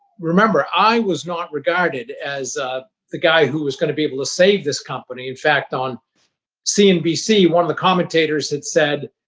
remember, i was not regarded as the guy who was going to be able to save this company. in fact, on cnbc, one of the commentators had said,